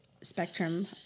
spectrum